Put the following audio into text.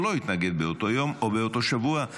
שלא התנגד באותו יום או באותו שבוע.